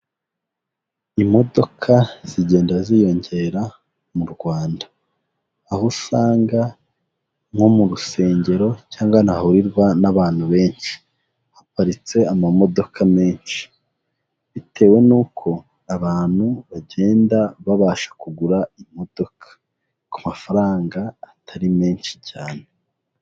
Imodoka zigenda ziyongera mu Rwanda, aho usanga nko mu rusengero cyangwa ahantu hahurirwa n'abantu benshi haparitse amamodoka menshi, bitewe n'uko abantu bagenda babasha kugura imodoka ku mafaranga atari menshi cyane.